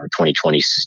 2020